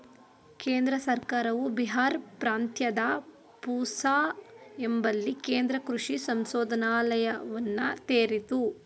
ಕೇಂದ್ರ ಸರ್ಕಾರವು ಬಿಹಾರ್ ಪ್ರಾಂತ್ಯದ ಪೂಸಾ ಎಂಬಲ್ಲಿ ಕೇಂದ್ರ ಕೃಷಿ ಸಂಶೋಧನಾಲಯವನ್ನ ತೆರಿತು